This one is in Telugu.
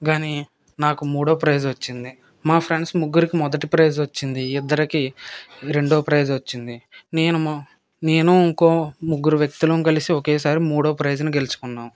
కానీ నాకు మూడో ప్రైస్ వచ్చింది మా ఫ్రెండ్స్ ముగ్గురికి మొదటి ప్రైస్ వచ్చింది ఇద్దరికీ రెండో ప్రైస్ వచ్చింది నేను నేను ఇంకో ముగ్గురు వ్యక్తులం కలసి ఒకేసారి మూడో ప్రైస్ గెలుచుకున్నాం